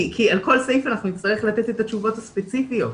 כי על כל סעיף אנחנו נצטרך לתת את התשובות הספציפיות.